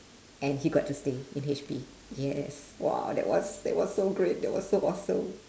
and he got to stay in HP yes !wow! that was that was so great that was so awesome